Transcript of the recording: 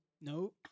No